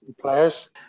players